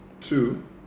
Two